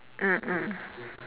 mm mm